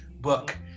book